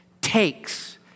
takes